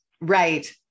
Right